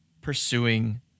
pursuing